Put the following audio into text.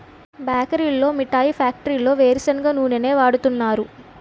బేకరీల్లో మిఠాయి ఫ్యాక్టరీల్లో వేరుసెనగ నూనె వాడుతున్నారు